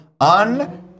Un